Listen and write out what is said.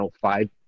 five